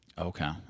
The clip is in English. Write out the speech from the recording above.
Okay